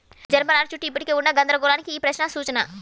జనపనార చుట్టూ ఇప్పటికీ ఉన్న గందరగోళానికి ఈ ప్రశ్న సూచన